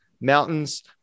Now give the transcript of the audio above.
mountains